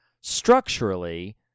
structurally